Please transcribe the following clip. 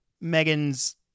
Megan's